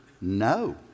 No